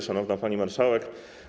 Szanowna Pani Marszałek!